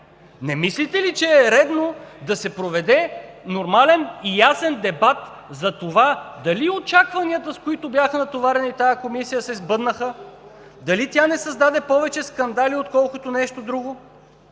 Не мислите ли, че е редно да се проведе нормален и ясен дебат за това дали очакванията, с които бяха натоварени в тази комисия, се сбъднаха, дали тя не създаде повече скандали, отколкото нещо друго?